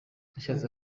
nashatse